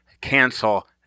cancel